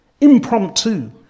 impromptu